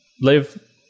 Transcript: live